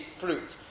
fruit